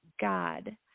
God